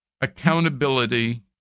accountability